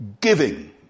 giving